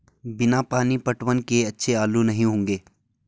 बिना पानी पटवन किए अच्छे आलू नही होंगे